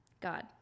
God